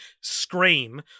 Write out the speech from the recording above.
Scream